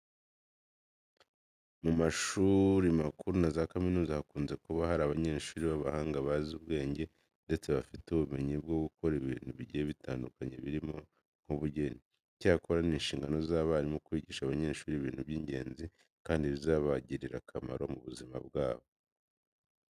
Mu mashuri makuru na za kaminuza hakunze kuba hari abanyeshuri b'abahanga bazi ubwenge ndetse bafite n'ubumenyi bwo gukora ibintu bigiye bitandukanye birimo nk'ubugeni. Icyakora ni inshingano z'abarimu kwigisha abanyeshuri ibintu by'ingenzi kandi bizabagirira akamaro mu buzima bwabo.